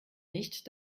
nicht